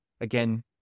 Again